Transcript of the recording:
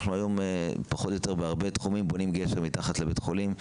אנחנו היום פחות או יותר בהרבה תחומים בונים גשר מתחת לבית חולים.